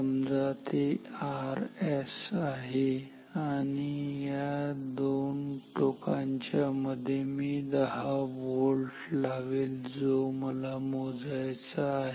समजा ते Rs आहे आणि या दोन टोकांच्या मध्ये मी 10 व्होल्ट लावेल जो मला मोजायचा आहे